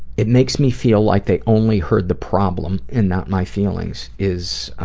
it makes me feel like they only heard the problem and not my feelings, is